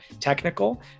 technical